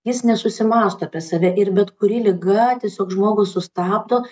jis nesusimąsto apie save ir bet kuri liga tiesiog žmogų sustabdo